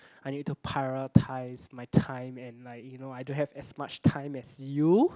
I need to prioritise my time and like you know I don't have as much time as you